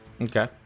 Okay